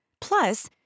Plus